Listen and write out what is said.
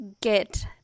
get